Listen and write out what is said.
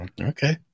Okay